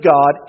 God